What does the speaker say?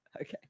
okay